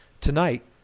Tonight